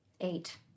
Eight